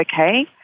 okay